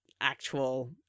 actual